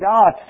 God